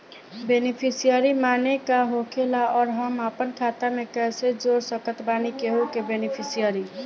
Beneficiary माने का होखेला और हम आपन खाता मे कैसे जोड़ सकत बानी केहु के बेनीफिसियरी?